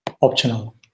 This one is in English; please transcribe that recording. optional